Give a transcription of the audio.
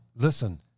Listen